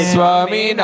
Swami